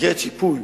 במסגרת שיפוי,